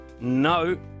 No